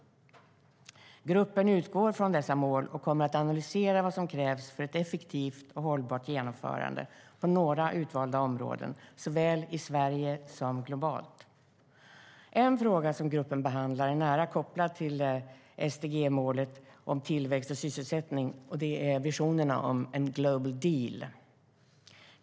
Gruppen utgår från dessa mål och kommer att analysera vad som krävs för ett effektivt och hållbart genomförande på några utvalda områden, såväl i Sverige som globalt. En fråga som gruppen behandlar är nära kopplad till SDG-målet om tillväxt och sysselsättning, nämligen visionen om en Global Deal.